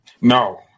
No